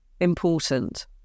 important